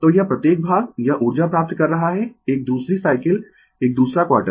तो यह प्रत्येक भाग यह ऊर्जा प्राप्त कर रहा है एक दूसरी साइकिल एक दूसरा क्वार्टर